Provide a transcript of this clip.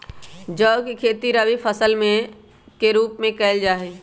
जौ के खेती रवि फसल के रूप में कइल जा हई